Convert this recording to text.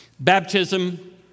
Baptism